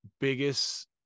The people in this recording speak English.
biggest